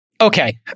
okay